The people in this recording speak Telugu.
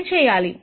అని చేయాలి